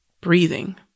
breathing